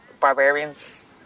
Barbarians